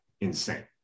insane